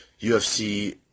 UFC